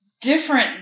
different